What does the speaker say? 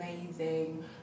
amazing